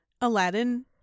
Aladdin